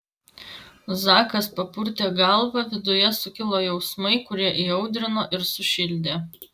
zakas papurtė galvą viduje sukilo jausmai kurie įaudrino ir sušildė